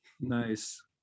nice